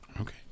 Okay